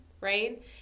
right